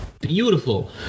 beautiful